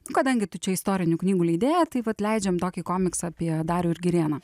kadangi tu čia istorinių knygų leidėja tai vat leidžiam tokį komiksą apie darių ir girėną